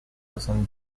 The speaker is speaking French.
soixante